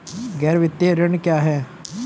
गैर वित्तीय ऋण क्या है?